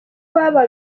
baba